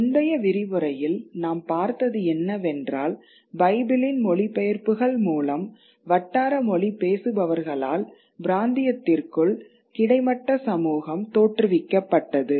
முந்தைய விரிவுரையில் நாம் பார்த்தது என்னவென்றால் பைபிளின் மொழிபெயர்ப்புகள் மூலம் வட்டார மொழி பேசுபவர்களால் பிராந்தியத்திற்குள் கிடைமட்ட சமூகம் தோற்றுவிக்கப்பட்டது